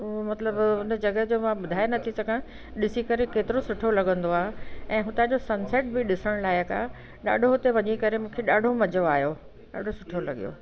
उहो मतिलबु उन जॻहि जो मां ॿुधाए नथी सघां ॾिसी करे केतिरो सुठो लॻंदो आहे ऐं हुतां जो सनसैट बि ॾिसणु लाइक़ु आहे ॾाढो हुते वञी करे मूंखे ॾाढो मज़ो आहियो ॾाढो सुठो लॻियो